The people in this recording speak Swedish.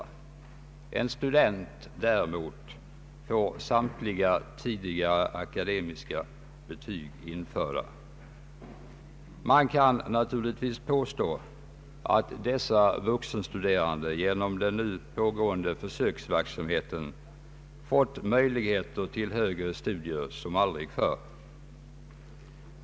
En student däremot får samtliga tidigare akademiska betyg införda. Man kan naturligtvis påstå att dessa vuxenstuderande genom den nu pågående försöksverksamheten fått möjligheter till högre studier som aldrig förr.